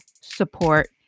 support